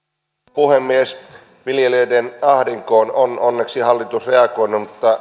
puhemies viljelijöiden ahdinkoon on onneksi hallitus reagoinut